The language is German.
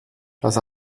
das